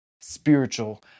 spiritual